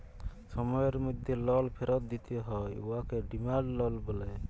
সময়ের মধ্যে লল ফিরত দিতে হ্যয় উয়াকে ডিমাল্ড লল ব্যলে